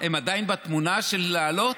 הם עדיין בתמונה של לעלות?